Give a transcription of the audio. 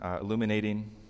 illuminating